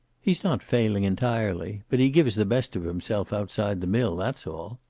he's not failing entirely. but he gives the best of himself outside the mill. that's all.